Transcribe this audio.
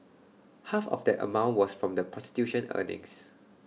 half of that amount was from the prostitution earnings